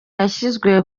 yashyizwe